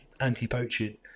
anti-poaching